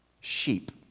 sheep